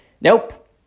nope